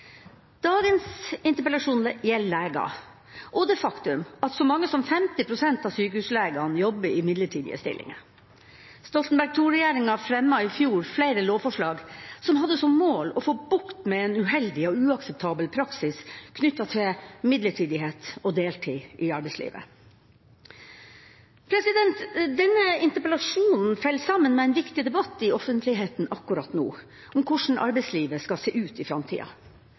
Dagens interpellasjon gjelder leger og det faktum at så mange som 50 pst. av sykehuslegene jobber i midlertidige stillinger. Stoltenberg II-regjeringa fremmet i fjor flere lovforslag som hadde som mål å få bukt med en uheldig og uakseptabel praksis knyttet til midlertidighet og deltid i arbeidslivet. Denne interpellasjonen faller sammen med en viktig debatt i offentligheten akkurat nå om hvordan arbeidslivet skal se ut i framtida.